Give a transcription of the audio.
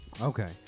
Okay